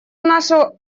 наша